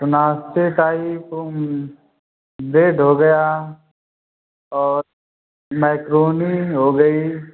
तो नाश्ता type bread हो गया और मैक्रोनी हो गई